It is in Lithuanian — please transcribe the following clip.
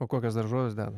o kokios daržovės